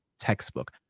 textbook